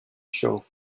show